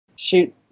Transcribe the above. Shoot